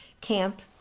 camp